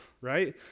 Right